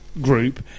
group